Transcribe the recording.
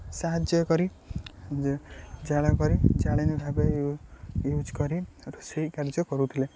ସାହାଯ୍ୟ କରି ଜାଳ କରି ଜାଳେଣି ଭାବେ ୟୁଜ୍ କରି ରୋଷେଇ କାର୍ଯ୍ୟ କରୁଥିଲେ